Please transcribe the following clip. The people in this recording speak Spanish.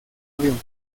avión